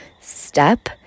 step